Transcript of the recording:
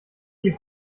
die